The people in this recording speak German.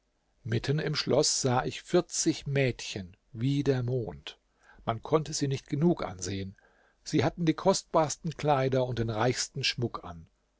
mitten im schloß sah ich vierzig mädchen wie der mond man konnte sie nicht genug ansehen sie hatten die kostbarsten kleider und den reichsten schmuck an